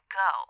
go